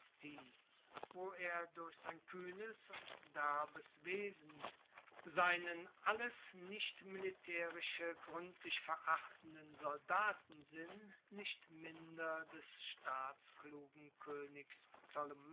wo er durch sein kuehnes und derbes wesen seinen alles nicht militaerische gruendlich verachtenden soldatensinn nicht minder des staatsklugen